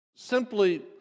Simply